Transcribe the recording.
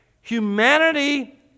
Humanity